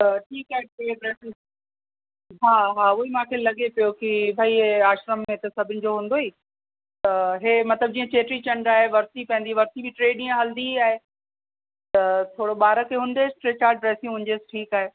पर ठीकु आहे टे ड्रेसिस हा हा उहा ई मूंखे लॻे पियो कि भई हे आश्रम हिते सभिनि जो हूंदो ई त हे मतिलबु जीअं चेटीचंडु आहे वर्सी पंहिंजी वर्सी टे डींहं हलंदी आहे त थोरो ॿार खे हुजेसि टे चार ड्रेसियूं हुजे ठीकु आहे